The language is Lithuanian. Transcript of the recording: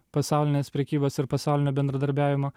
pasaulinės prekybos ir pasaulinio bendradarbiavimo